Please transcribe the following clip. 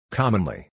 commonly